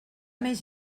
més